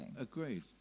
agreed